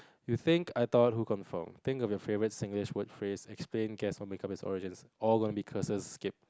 you think I thought who confirm think of your favourite Singlish word phrase explain guess or make up it's origins all gonna be curses skip